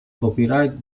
copyright